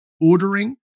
ordering